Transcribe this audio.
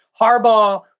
Harbaugh